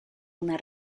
una